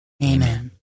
Amen